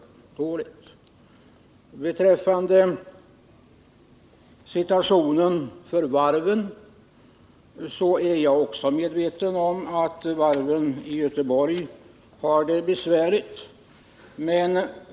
I vad gäller varvssituationen är också jag medveten om att varven i Göteborg har det besvärligt.